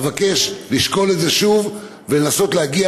אבקש לשקול את זה שוב ולנסות להגיע